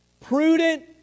prudent